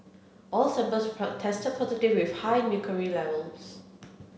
all samples tested positive with high mercury levels